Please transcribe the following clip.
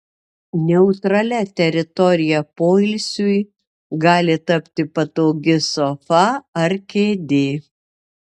neutralia teritorija poilsiui gali tapti patogi sofa ar kėdė